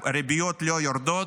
הריביות לא יורדות,